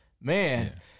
man